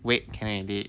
wait can already